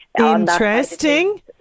Interesting